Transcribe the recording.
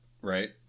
right